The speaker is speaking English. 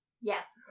Yes